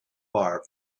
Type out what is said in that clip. far